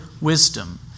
Wisdom